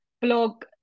blog